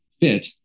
fit